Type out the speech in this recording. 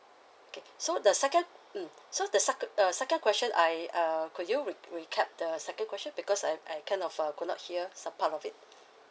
okay so the second mm so the secon~ uh second question I uh could you re~ recap the second question because I I kind of uh could not hear some part of it